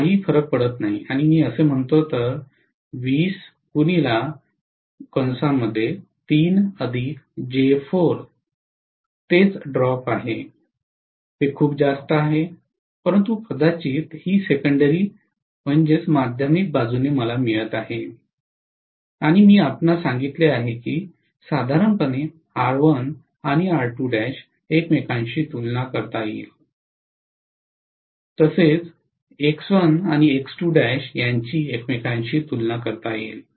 काही फरक पडत नाही आणि मी हे असे म्हणतो तर तेच ड्रॉप आहे ते खूप जास्त आहे परंतु कदाचित ही सेकंडेरी माध्यमिक बाजूने मला मिळत आहे आणि मी आपणास सांगितले आहे की साधारणपणे आणि एकमेकांशी तुलना करता येईल आणि एकमेकांशी तुलना करता येईल